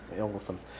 Awesome